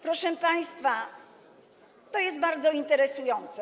Proszę państwa, to jest bardzo interesujące.